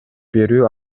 берүү